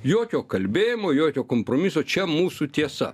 jokio kalbėjimo jokio kompromiso čia mūsų tiesa